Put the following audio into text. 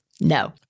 No